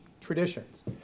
traditions